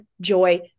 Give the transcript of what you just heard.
joy